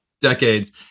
decades